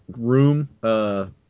room